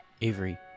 Avery